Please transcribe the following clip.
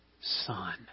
son